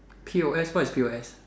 P_O_S what is P_O_S